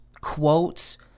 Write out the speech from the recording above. quotes